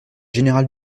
général